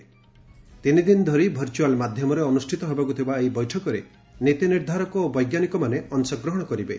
ତିନିଦିନ ଧରି ଭର୍ଚ୍ୟୁଆଲ ମାଧ୍ୟମରେ ଅନୁଷ୍ଠିତ ହେବାକୁ ଥିବା ଏହ ିବୈଠକରେ ନିତି ନିର୍ଦ୍ଧାରକ ଓ ବୈଜ୍ଞାନିକମାନେ ଅଶଗ୍ରହଣ କରିବେ